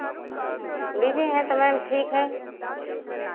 busy हैं तो ma'am ठीक है